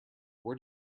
where